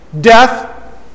Death